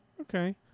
okay